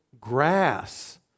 grass